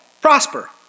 prosper